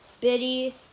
Biddy